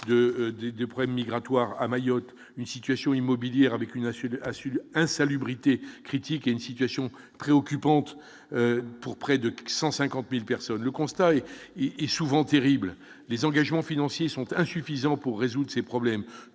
des problèmes migratoires à Mayotte, une situation immobilière avec une assiette a su l'insalubrité critique une situation préoccupante pour près de 150000 personnes le constat et et et souvent terribles, les engagements financiers sont insuffisants pour résoudre ces problèmes,